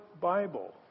Bible